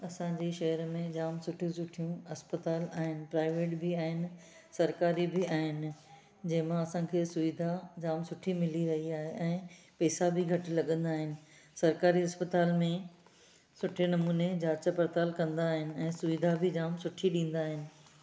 असांजे शहर में जाम सुठियूं सुठियूं इस्पतालि आहिनि प्राइवेट बि आहिनि सरकारी बि आहिनि जंहिं मां असांखे सुविधा जाम सुठी मिली रही आहे ऐं पैसा बि घटि लॻंदा आहिनि सरकारी इस्पतालि में सुठे नमूने जांच पड़ताल कंदा आहिनि ऐं सुविधा बि जाम सुठी ॾींदा आहिनि